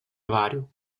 vario